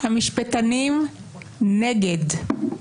המשפטנים נגד,